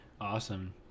Awesome